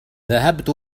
ذهبت